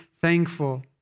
thankful